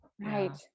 Right